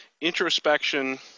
introspection